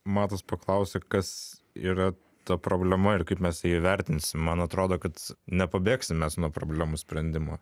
matas paklausė kas yra ta problema ir kaip mes ją įvertinsim man atrodo kad nepabėgsim mes nuo problemų sprendimo